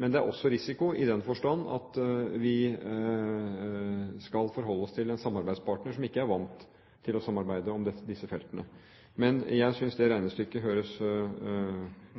Men det er også risiko i den forstand at vi skal forholde oss til en samarbeidspartner som ikke er vant til å samarbeide om disse feltene. Men jeg synes dette regnestykket høres